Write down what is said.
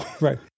right